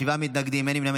שבעה מתנגדים ואין נמנעים.